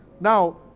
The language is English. now